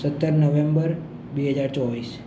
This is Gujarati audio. સત્તર નવેમ્બર બે હજાર ચોવીસ